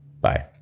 Bye